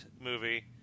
movie